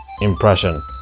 impression